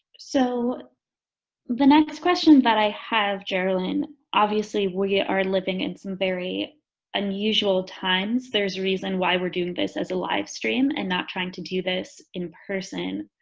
so the next question that i have geralyn obviously we are living in some very unusual times there's a reason why we're doing this as a live stream and not trying to do this in person.